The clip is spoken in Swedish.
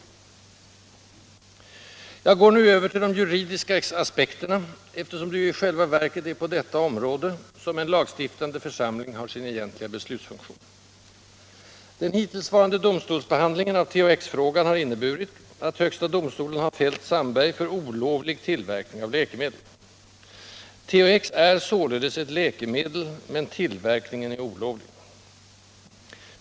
Jag går nu över till de juridiska aspekterna, eftersom det ju i själva verket är på detta område som en lagstiftande församling har sin egentliga beslutsfunktion. Den hittillsvarande domstolsbehandlingen av THX-frågan har inneburit att högsta domstolen fällt Sandberg för olovlig tillverkning av läkemedel. THX är således ett läkemedel, men tillverkningen är olovlig.